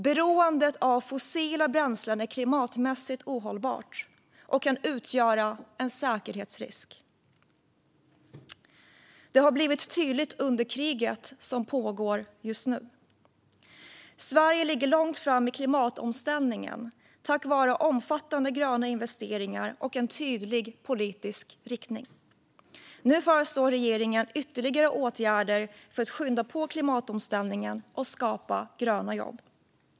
Beroendet av fossila bränslen är klimatmässigt ohållbart och kan utgöra en säkerhetspolitisk risk. Det har blivit tydligt under kriget som pågår just nu. Sverige ligger långt fram i klimatomställningen tack vare omfattande gröna investeringar och en tydlig politisk riktning. Nu föreslår regeringen ytterligare åtgärder för att skynda på klimatomställningen och skapa gröna jobb.